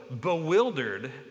bewildered